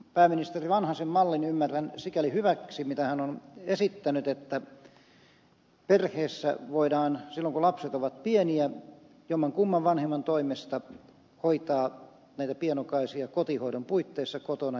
pääministeri vanhasen mallin ymmärrän sikäli hyväksi mitä hän on esittänyt että perheessä voidaan silloin kun lapset ovat pieniä jommankumman vanhemman toimesta hoitaa näitä pienokaisia kotihoidon puitteissa kotona